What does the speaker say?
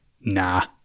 Nah